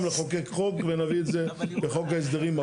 לחוקק חוק ונביא את זה לחוק ההסדרים הבא?